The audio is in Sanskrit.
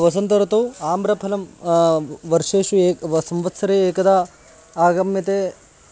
वसन्त ऋतौ आम्रफलं वर्षेषु एकं व संवत्सरे एकदा आगम्यते